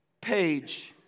page